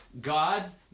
God's